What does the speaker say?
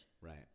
Right